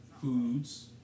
foods